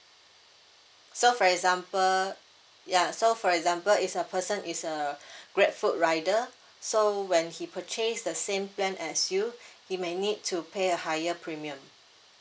so for example ya so for example if a person is a grab food rider so when he purchase the same plan as you he may need to pay a higher premium